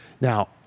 Now